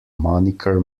moniker